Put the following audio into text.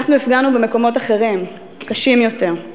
אנחנו הפגנו במקומות אחרים, קשים יותר.